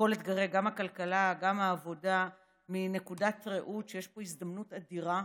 לכל אתגרי הכלכלה וגם העבודה מנקודת ראות שיש פה הזדמנות אדירה.